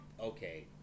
okay